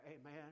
Amen